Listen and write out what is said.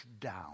down